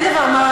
הוא שומע, אבל